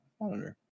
monitor